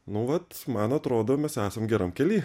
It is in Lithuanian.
nu vat man atrodo mes esam geram kely